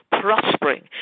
prospering